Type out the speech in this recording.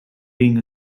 being